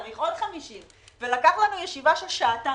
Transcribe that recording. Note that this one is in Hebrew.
צריך עוד 50. לקח לנו ישיבה של שעתיים